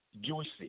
juicy